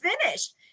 finished